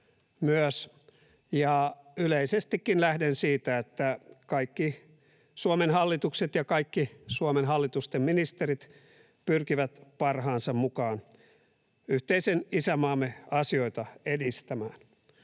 myös, ja yleisestikin lähden siitä, että kaikki Suomen hallitukset ja kaikki Suomen hallitusten ministerit pyrkivät parhaansa mukaan yhteisen isänmaamme asioita edistämään.